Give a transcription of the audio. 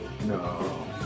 No